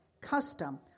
custom